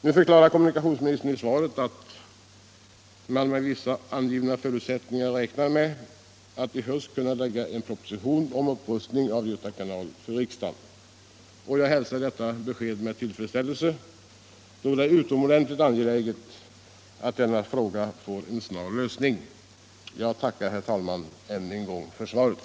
Nu förklarar kommunikationsministern i svaret att man med vissa angivna förutsättningar räknar med att i höst kunna förelägga riksdagen en proposition om upprustning av Göta kanal. Jag hälsar detta besked med tillfredsställelse, då det är utomordentligt angeläget att denna fråga får en snar lösning. Jag tackar, herr talman, än en gång för svaret.